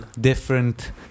different